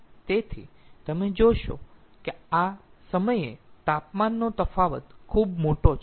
તેથી તમે જોશો કે આ સમયે તાપમાનનો તફાવત ખૂબ મોટો છે